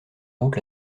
route